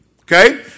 Okay